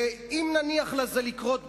ואם נניח לזה לקרות בירושלים,